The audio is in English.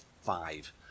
five